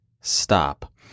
stop